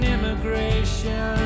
Immigration